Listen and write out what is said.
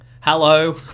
Hello